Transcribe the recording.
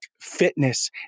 Fitness